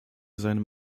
seinem